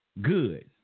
good